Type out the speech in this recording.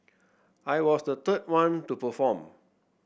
I was the third one to perform